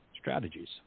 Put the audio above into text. strategies